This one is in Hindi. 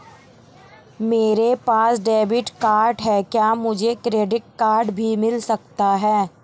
मेरे पास डेबिट कार्ड है क्या मुझे क्रेडिट कार्ड भी मिल सकता है?